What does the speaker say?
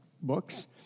books